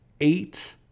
eight